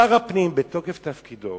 שר הפנים בתוקף תפקידו